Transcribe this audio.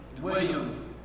William